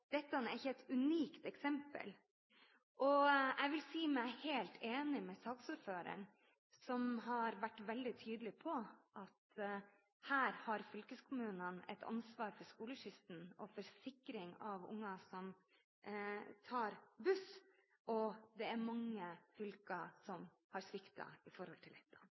Dette er ikke et unikt eksempel, og jeg vil si meg helt enig med saksordføreren, som har vært veldig tydelig på at her har fylkeskommunene et ansvar for skoleskyssen og for sikring av unger som tar buss. Det er mange fylker som har sviktet i forhold til dette.